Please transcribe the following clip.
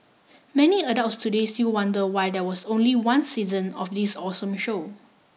many adults today still wonder why there was only one season of this awesome show